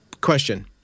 question